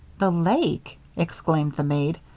the lake! exclaimed the maid.